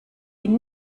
ihn